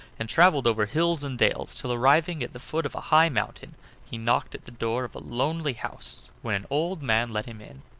and traveled over hills and dales, till arriving at the foot of a high mountain he knocked at the door of a lonely house, when an old man let him in.